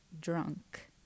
drunk